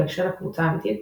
בהקשר לקבוצה אמיתית,